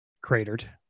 cratered